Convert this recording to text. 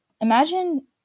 Imagine